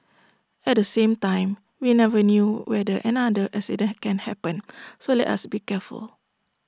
at the same time we never know whether another accident can happen so let us be careful